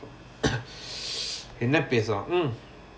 என்ன பேசலா:enna pesala mm